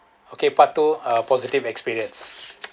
okay part two uh positive experience